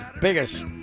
biggest